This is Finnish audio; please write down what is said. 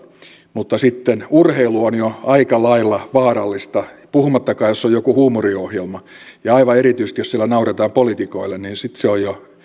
mutta sitten urheilu on jo aika lailla vaarallista puhumattakaan jos on joku huumoriohjelma ja aivan erityisesti jos siellä nauretaan poliitikoille niin sitten se on jo